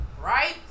right